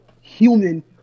human